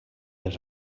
els